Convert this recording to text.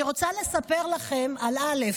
אני רוצה לספר לכם על א',